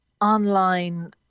online